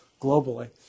globally